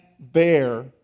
bear